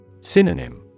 Synonym